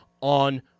on